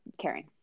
Karen